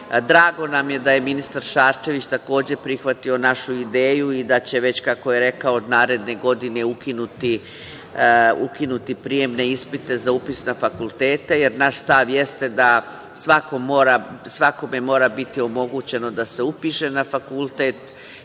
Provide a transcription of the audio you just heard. nam je da je ministar Šarčević takođe prihvatio našu ideju i da će već kako je rekao naredne godine ukinuti prijemne ispite za upis na fakultete, jer naš stav jeste da svakome mora biti omogućeno da se upiše na fakultet